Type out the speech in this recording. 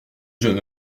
jeune